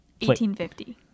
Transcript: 1850